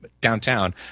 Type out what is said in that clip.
downtown